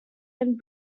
and